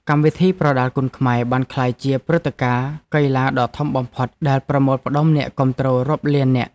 កម្មវិធីប្រដាល់គុណខ្មែរបានក្លាយជាព្រឹត្តិការណ៍កីឡាដ៏ធំបំផុតដែលប្រមូលផ្តុំអ្នកគាំទ្ររាប់លាននាក់។